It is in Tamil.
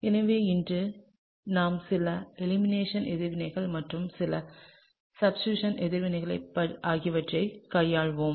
எனவே இன்று நாம் சில எலிமினேஷன் எதிர்வினைகள் மற்றும் சில சப்ஸ்டிடூஸன் எதிர்வினைகள் ஆகியவற்றைக் கையாள்வோம்